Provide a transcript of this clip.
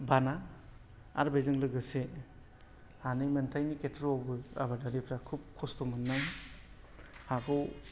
बाना आरो बेजों लोगोसे हानि मोन्थाइनि खेत्रआवबो आबादारिफ्रा खुब खस्थ' मोननानै हाखौ